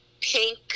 pink